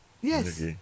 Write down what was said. Yes